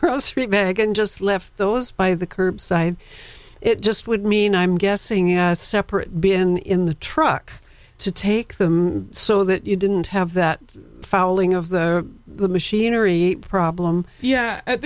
grocery bag and just left those by the curb side it just would mean i'm guessing as separate been in the truck to take them so that you didn't have that falling of the machinery problem yeah at